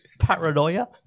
Paranoia